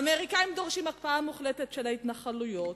האמריקנים דורשים הקפאה מוחלטת של ההתנחלויות,